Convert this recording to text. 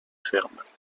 fermes